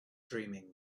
dreaming